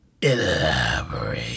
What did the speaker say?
Elaborate